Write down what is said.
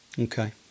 Okay